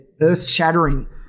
earth-shattering